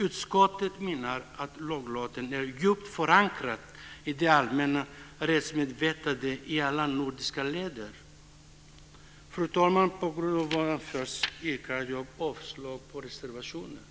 Utskottet menar att laglotten är djupt förankrad i det allmänna rättsmedvetandet i alla nordiska länder. Fru talman! På grund av vad som anförts yrkar jag avslag på reservation 3.